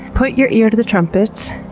put your ear to the trumpet.